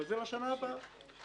אבל זה לשנה הבאה.